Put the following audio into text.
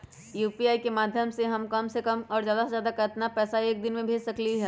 UPI के माध्यम से हम कम से कम और ज्यादा से ज्यादा केतना पैसा एक दिन में भेज सकलियै ह?